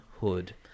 Hood